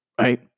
right